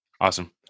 Awesome